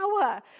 power